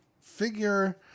figure